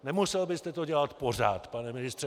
Nemusel byste to dělat pořád, pane ministře.